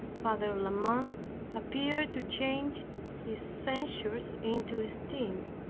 father la mothe appeared to change his censures into esteem